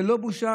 זו לא בושה?